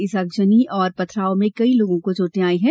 इस आगजनी और पथराव में कई लोगों को चोंटे आई हैं